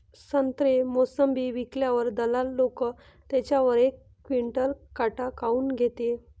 संत्रे, मोसंबी विकल्यावर दलाल लोकं त्याच्यावर एक क्विंटल काट काऊन घेते?